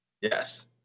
Yes